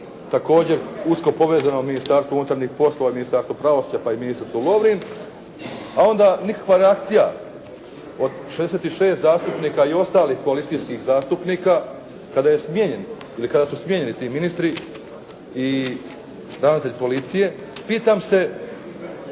također usko povezano Ministarstvo unutarnjih poslova, Ministarstvo pravosuđa, pa i ministricu Lovrin, a onda nikakva reakcija od 66 zastupnika i ostalih koalicijskih zastupnika, kada je smijenjen ili kada su smijenjeni ti ministri i ravnatelj policije, pitam se